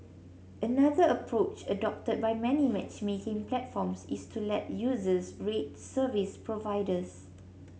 another approach adopted by many matchmaking platforms is to let users rate service providers